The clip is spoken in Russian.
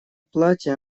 платья